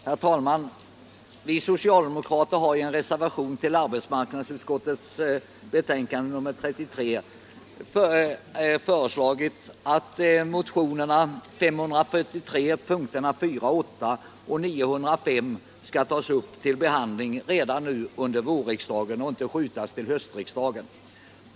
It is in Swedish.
Herr talman! Vi socialdemokrater har i en reservation som fogats till arbetsmarknadsutskottets betänkande nr 33 föreslagit att motionerna 543, yrkandena 4-8, och 905 skall tas upp till behandling redan under vårriksdagen och inte uppskjutas till höstriksdagen.